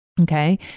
Okay